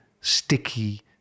sticky